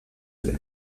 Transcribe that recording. ere